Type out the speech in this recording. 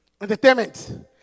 entertainment